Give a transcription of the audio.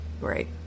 Right